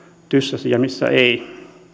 tyssäsi ja missä ei